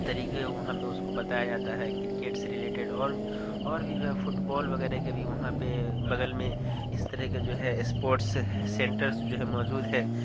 طریقے ہو وہاں پہ اس کو بتایا جاتا ہے کرکٹ سے ریلیٹیڈ اور اور بھی جو ہے فٹ بال وغیرہ کا بھی وہاں پہ بگل میں اس طرح کا جو ہے اسپورٹس سینٹرس جو ہے موجود ہے